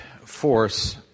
force